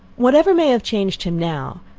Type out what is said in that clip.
whatever may have changed him now,